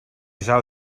zou